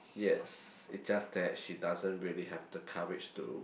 yes it's just that she doesn't really have the courage to